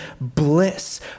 bliss